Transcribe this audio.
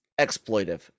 exploitive